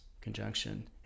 conjunction